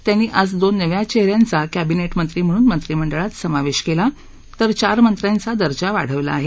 त्यांनी आज दोन नव्या चेह यांचा कंबिनेट मंत्री म्हणून मंत्रिमंडळात समावेश केला तर चार मंत्र्यांचा दर्जा वाढवला आहे